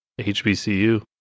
HBCU